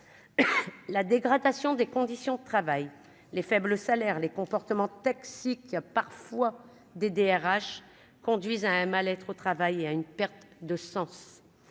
la dégradation des conditions de travail, les faibles salaires, les comportements toxiques qui a parfois des DRH conduise à un mal-être au travail et à une perte de sens